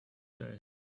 day